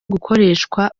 gukoreshwa